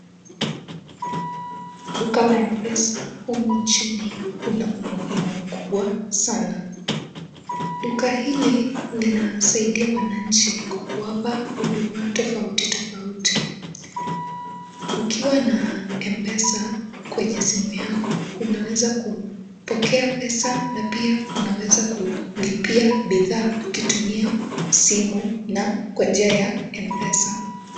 Duka la M-Pesa humu nchini una umuhimu mkubwa sana. Duka hili linasaidia wananchi kwa kuwapa huduma tofauti tofauti. Ukiwa na M-Pesa kwenye simu yako, unaweza kupokea pesa na pia unaweza kulipia bidhaa ukitumia simu na kwa njia ya M-Pesa.